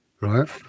right